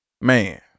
Man